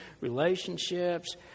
relationships